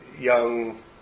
young